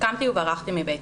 קמתי וברחתי מביתו,